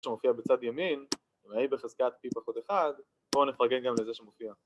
‫שמופיע בצד ימין, ‫והa בחזקת פי פחות אחד. ‫בואו נפרגן גם לזה שמופיע.